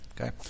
Okay